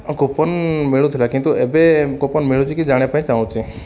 coupon ମିଳୁଥିଲା କିନ୍ତୁ ଏବେ କୁପନ୍ ମିଳୁଛି କି ଜାଣିବା ପାଇଁ ଚାହୁଁଛି